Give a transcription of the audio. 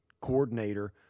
coordinator